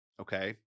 Okay